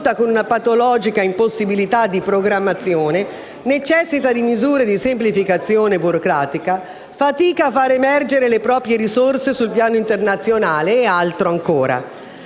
con una patologica impossibilità di programmazione, necessita di misure di semplificazione burocratica, fatica a far emergere le proprie risorse sul piano internazionale e altro ancora.